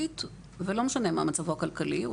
ולא משנה מה מצבו הכלכלי,